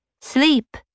sleep